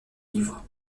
livres